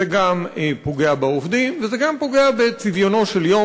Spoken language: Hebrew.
זה גם פוגע בעובדים וזה גם פוגע בצביונו של יום